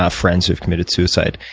ah friends who have committed suicide,